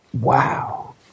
Wow